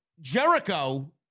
Jericho